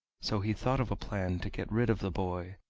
so he thought of a plan to get rid of the boy,